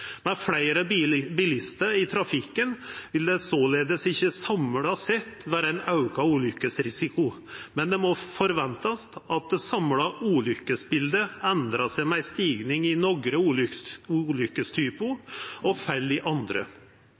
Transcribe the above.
Med fleire bilistar i trafikken vil det ikkje samla sett vera ein auka ulykkesrisiko, men det må ventast at det samla ulykkesbildet endrar seg med ei stigning i nokre ulykkestypar og fell i andre.